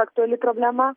aktuali problema